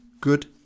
good